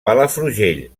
palafrugell